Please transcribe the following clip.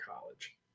college